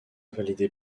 validée